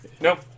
Nope